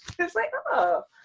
it's like, ahh,